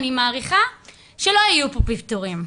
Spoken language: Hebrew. אני מעריכה שלא היו פה פיטורים.